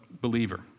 believer